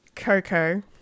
Coco